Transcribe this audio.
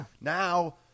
Now